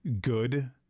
good